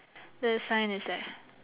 the sign is there